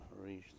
reach